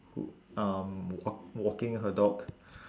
wh~ um walk~ walking her dog